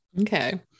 okay